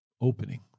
opening